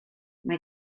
mae